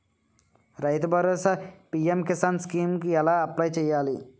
రైతు Bharosa PM Kisan scheme కు ఎలా అప్లయ్ చేయాలి?